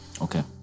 Okay